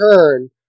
turn